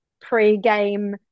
pre-game